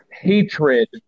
hatred